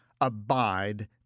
abide